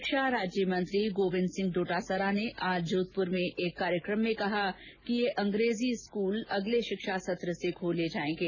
शिक्षा राज्य मंत्री गोविन्द सिंह डोटासरा ने आज जोधपुर में एक कार्यक्रम में कहा कि ये अंग्रेजी स्कूल अगले शिक्षा सत्र से खोले जायेंगे